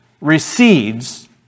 recedes